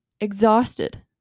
exhausted